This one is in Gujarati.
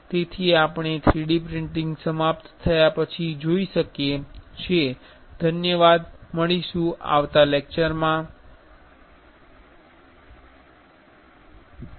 તેથી આપણે 3D પ્રિન્ટિંગ સમાપ્ત થયા પછી જોઈ શકીએ છીએ